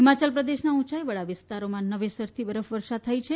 હિમાચલ પ્રદેશના ઉંચાઇવાળા વિસ્તારોમાં સ્કીમાં બરફવર્ષા થઇ છે